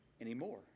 anymore